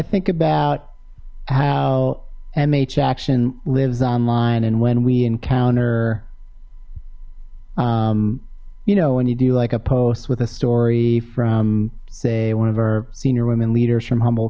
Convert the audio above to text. think about how mhm action lives online and when we encounter you know when you do like a post with a story from say one of our senior women leaders from humb